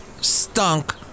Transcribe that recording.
stunk